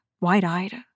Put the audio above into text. wide-eyed